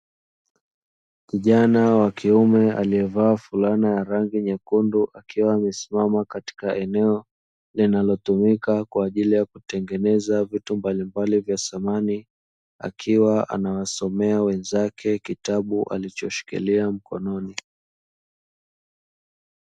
Kijana wa kiume aliyevaa fulana ya rangi nyekundu akiwa amesimama katika eneo linalotumika kwa ajili ya kutengeneza vitu mbalimbali vya samani akiwa anawasomea wenzake kitabu alichoshikilia mkononi.